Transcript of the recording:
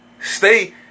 Stay